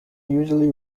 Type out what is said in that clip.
usually